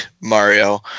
Mario